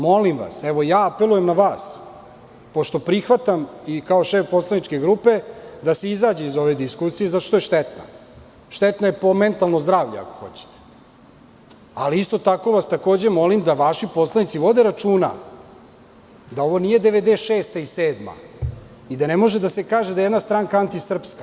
Molim vas, evo apelujem na vas, pošto prihvatam i kao šef poslaničke grupe da se izađe iz ove diskusije zato što je štetna, štetna je po mentalno zdravlje, ako hoćete, ali isto tako vas takođe molim da vaši poslanici vode računa da ovo nije 1996. i 1997. godina i da ne može da se kaže da je jedna stranka antisrpska.